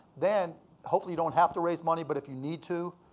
then hopefully you don't have to raise money, but if you need to,